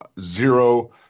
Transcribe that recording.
zero